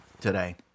today